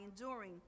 enduring